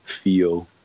feel